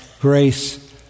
grace